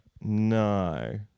No